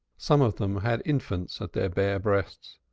some of them had infants at their bare breasts,